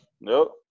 nope